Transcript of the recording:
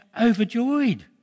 overjoyed